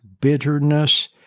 bitterness